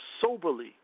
soberly